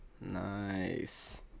Nice